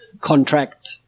contract